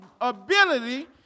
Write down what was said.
ability